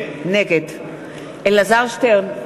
נגד אלעזר שטרן,